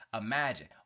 imagine